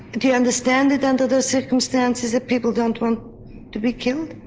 do you understand it under those circumstances that people don't want to be killed?